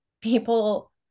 people